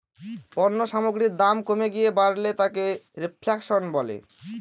পণ্য সামগ্রীর দাম কমে গিয়ে বাড়লে তাকে রেফ্ল্যাশন বলে